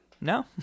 No